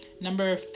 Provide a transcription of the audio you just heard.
Number